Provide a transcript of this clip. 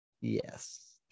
Yes